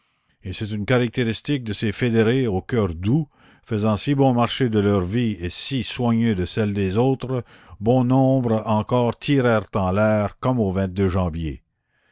et c'est une caractéristique de ces fédérés au cœur doux faisant si bon marché de leur vie et si soigneux de celle des autres bon nombre encore tirèrent en l'air comme au janvier